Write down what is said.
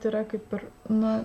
tai yra kaip ir na